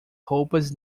roupas